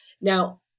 Now